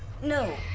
No